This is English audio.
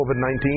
COVID-19